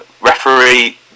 Referee